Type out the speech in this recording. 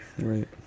Right